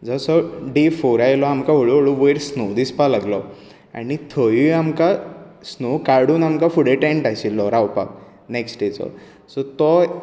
जसो day four आयलो आमकां हळू हळू वयर स्नो दिसपाक लागलो आनी थंंयूय आमकां स्नो काडून आमकां फुडें टेंन्ट आशिल्लो रावपाक नेक्स्ट डे चो सो तो